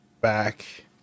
back